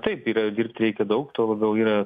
taip yra dirbt reikia daug tuo labiau yra